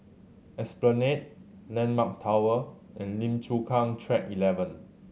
Esplanade Landmark Tower and Lim Chu Kang Track Eleven